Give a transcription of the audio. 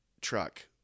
truck